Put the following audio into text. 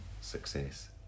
success